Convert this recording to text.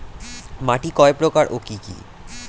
মাটি কয় প্রকার ও কি কি?